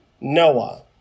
Noah